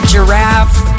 Giraffe